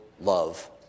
love